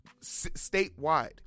statewide